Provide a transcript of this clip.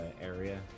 area